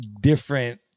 different